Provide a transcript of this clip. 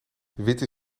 witte